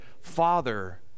Father